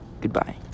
Goodbye